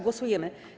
Głosujemy.